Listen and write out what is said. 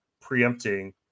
preempting